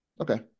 Okay